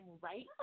right